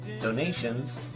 Donations